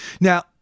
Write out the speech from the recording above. now